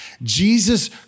Jesus